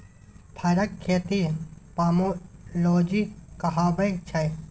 फरक खेती पामोलोजी कहाबै छै